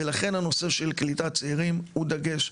ולכן, הנושא של קליטת צעירים הוא דגש.